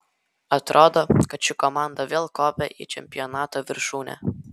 atrodo kad ši komanda vėl kopia į čempionato viršūnę